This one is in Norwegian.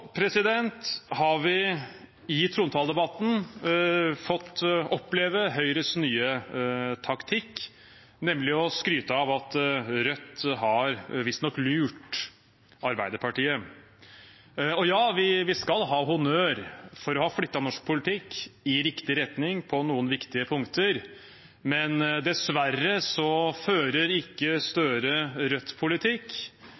har i trontaledebatten fått oppleve Høyres nye taktikk, nemlig å skryte av at Rødt visstnok har lurt Arbeiderpartiet. Ja, vi skal ha honnør for å ha flyttet norsk politikk i riktig retning på noen viktige punkter, men dessverre fører ikke